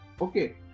Okay